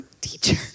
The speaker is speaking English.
teacher